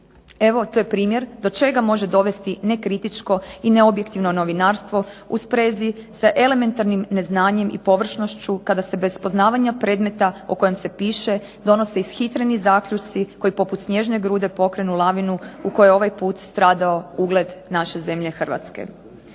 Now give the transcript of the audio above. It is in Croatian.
Evo to je primjer do čega može dovesti nekritičko i neobjektivno novinarstvo u sprezi sa elementarnim neznanjem i površnošću kada se bez poznavanja predmeta o kojem se piše donose ishitreni zaključci koji poput snježne grude pokrenu lavinu u kojoj je ovaj put stradao ugled naše zemlje Hrvatske.